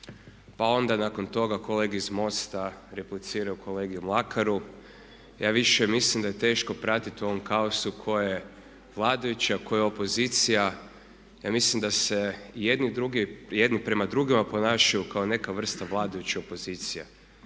Pa onda nakon toga kolege iz MOST-a repliciraju kolegi Mlakaru. Ja više mislim da je teško pratiti u ovom kaosu tko je vladajući a ko opozicija. Ja mislim da se jedni prema drugima ponašaju kao neka vrsta vladajuće opozicije.